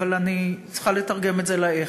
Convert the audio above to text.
אבל אני צריכה לתרגם את זה לאיך,